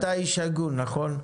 יריב, אתה איש הגון, נכון?